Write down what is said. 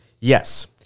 Yes